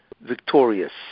victorious